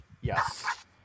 Yes